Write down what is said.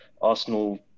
Arsenal